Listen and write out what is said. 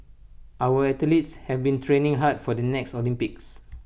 our athletes have been training hard for the next Olympics